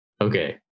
Okay